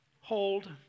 Hold